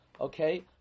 Okay